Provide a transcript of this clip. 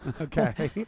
Okay